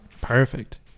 Perfect